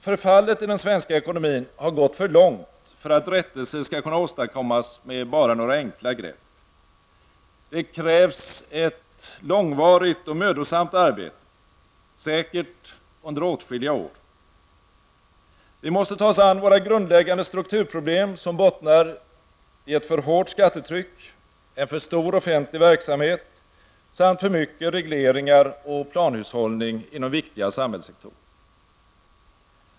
Förfallet i den svenska ekonomin har gått för långt för att rättelse skall kunna åstadkommas med bara några enkla grepp. Det krävs ett långt och mödosamt arbete -- säkert under åtskilliga år. Vi måste ta oss an våra grundläggande strukturproblem, som bottnar i ett för hårt skattetryck, en för stor offentlig verksamhet samt för mycket regleringar och planhushållning inom viktiga samhällssektorer.